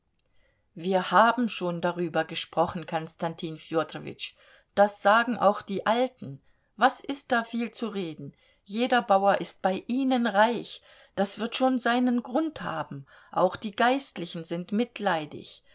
wir haben schon darüber gesprochen konstantin fjodorowitsch das sagen auch die alten was ist da noch viel zu reden jeder bauer ist bei ihnen reich das wird schon seinen grund haben auch die geistlichen sind mitleidig